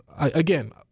again